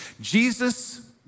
Jesus